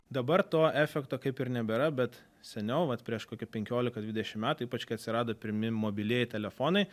dabar to efekto kaip ir nebėra bet seniau vat prieš kokį penkiolika dvidešimt metų ypač kai atsirado pirmi mobilieji telefonai